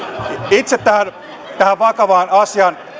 itse tähän vakavaan asiaan